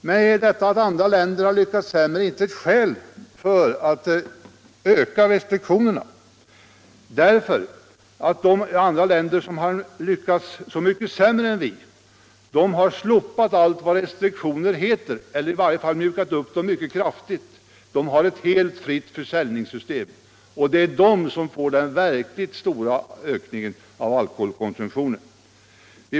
Nej, detta att andra länder har lyckats sämre är inte något skäl för att mjuka upp restriktionerna, för i dessa andra länder har man slopat allt vad restriktioner heter — eller mjukat upp dem mycket kraftigt. I många fall har man ett helt fritt försäljningssystem, och det är i de länderna man har noterat den verkligt stora ökningen av alkoholkonsumtionen.